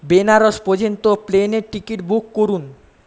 বেনারস পর্যন্ত প্লেনের ticket book করুন